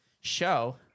show